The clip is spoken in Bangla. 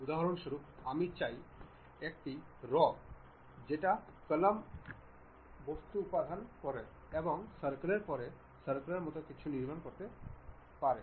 উদাহরণস্বরূপ আমি চাই একটি রো তে বা কলামে বহু বস্তু উত্পাদন করতে আমি সার্কেলের পরে সার্কেলের মতো কিছু নির্মাণ করতে চাই